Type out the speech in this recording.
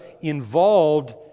involved